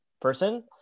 person